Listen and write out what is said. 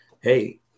Hey